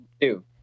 two